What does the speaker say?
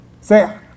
say